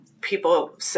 people